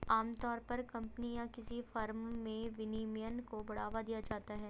आमतौर पर कम्पनी या किसी फर्म में विनियमन को बढ़ावा दिया जाता है